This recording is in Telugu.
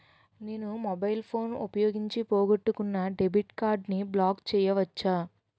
నేను మొబైల్ ఫోన్ ఉపయోగించి పోగొట్టుకున్న డెబిట్ కార్డ్ని బ్లాక్ చేయవచ్చా?